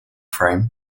frame